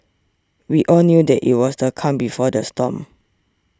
we all knew that it was the calm before the storm